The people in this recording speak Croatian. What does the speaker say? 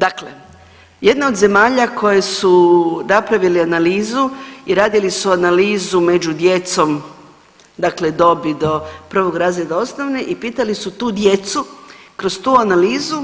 Dakle jedna od zemalja koje su napravili analizu i radili su analizu među djecom dakle dobi do 1. razreda osnovne i pitali su tu djecu kroz tu analizu